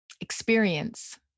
experience